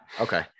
Okay